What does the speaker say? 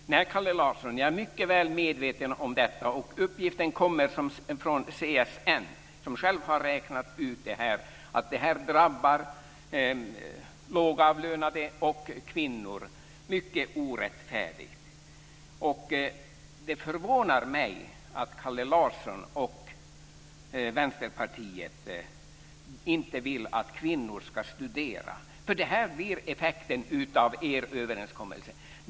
Fru talman! Nej, Kalle Larsson. Jag är mycket väl medveten om detta. Uppgiften kommer från CSN, som själv har räknat ut att det drabbar lågavlönade och kvinnor mycket orättfärdigt. Det förvånar mig att Kalle Larsson och Vänsterpartiet inte vill att kvinnor ska studera. Det blir effekten av er överenskommelse.